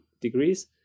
degrees